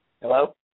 Hello